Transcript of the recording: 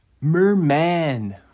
Merman